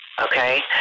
okay